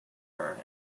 her